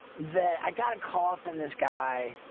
that i got a call from this guy